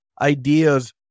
ideas